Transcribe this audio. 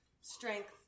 strength